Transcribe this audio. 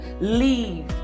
leave